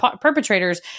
perpetrators